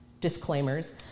disclaimers